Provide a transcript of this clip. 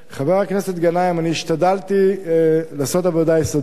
חבר הכנסת גנאים, אני השתדלתי לעשות עבודה יסודית,